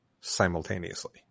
simultaneously